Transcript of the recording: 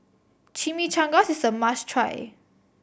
chimichangas is a must try